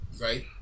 Right